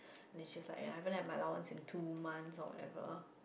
then show like I haven't have my allowance in two month or whatever